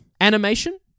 Animation